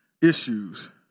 issues